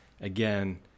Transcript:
again